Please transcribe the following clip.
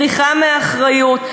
בריחה מאחריות.